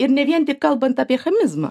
ir ne vien tik kalbant apie chamizmą